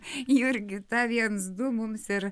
jurgita viens du mums ir